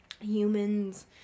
humans